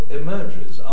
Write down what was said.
emerges